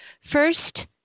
first